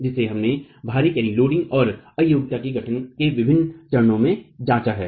जिसे हमने भारिक और अयोग्यता के गठन के विभिन्न चरणों में जांचा है